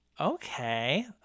okay